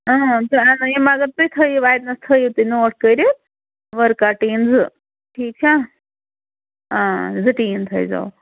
تُہۍ اننٲیِو مگر تُہۍ تھٲیِو اتِنس تھٲیِو تُہۍ نوٹ کٔرِتھ ؤرکا ٹیٖن زٕ ٹھیٖک چھا زٕ ٹیٖن تھٲیزیو